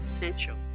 potential